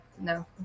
no